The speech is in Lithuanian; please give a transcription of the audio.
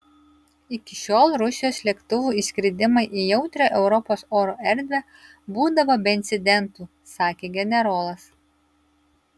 iki šiol rusijos lėktuvų įskridimai į jautrią europos oro erdvę būdavo be incidentų sakė generolas